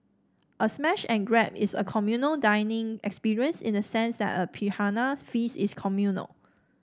a smash and grab is a communal dining experience in the sense that a piranhas feasts is communal